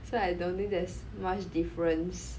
so I don't think there's much difference